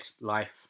life